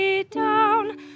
down